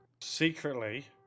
secretly